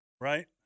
Right